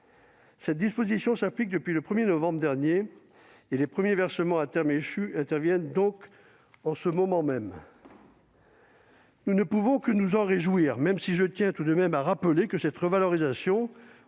dernière disposition s'applique depuis le 1 novembre dernier et les premiers versements à terme échu interviennent donc en ce moment même. Mes chers collègues, nous ne pouvons que nous en réjouir, même si je tiens tout de même à rappeler que cette revalorisation